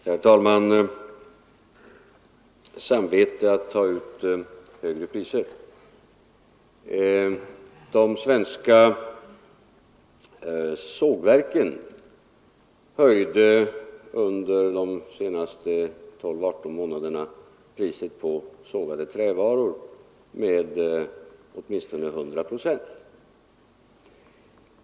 Herr talman! Med anledning av talet om samvetskval över att ta ut för höga priser vill jag säga att de svenska sågverken under de senaste 12—18 månaderna höjde priset på sågade trävaror med åtminstone 100 procent.